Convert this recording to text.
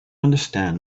understand